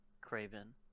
Craven